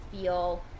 feel